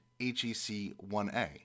HEC1A